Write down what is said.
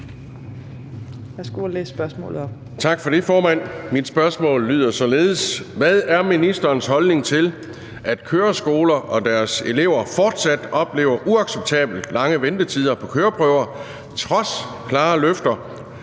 Tak for det, formand. Mit spørgsmål lyder således: Hvad er ministerens holdning til, at køreskoler og deres elever fortsat oplever uacceptabelt lange ventetider på køreprøver, trods klare løfter